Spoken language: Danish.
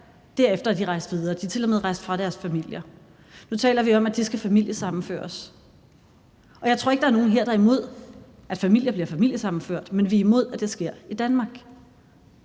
Derefter er de rejst videre. De er til og med rejst fra deres familier. Nu taler vi om, at de skal familiesammenføres. Jeg tror ikke, der er nogen her, der er imod, at familier bliver familiesammenført, men vi er imod, at det sker i Danmark.